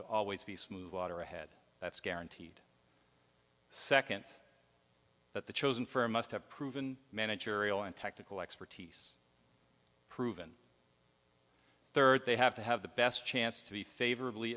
to always be smooth water ahead that's guaranteed second that the chosen firm must have proven managerial and technical expertise proven third they have to have the best chance to be favorably